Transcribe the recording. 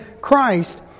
Christ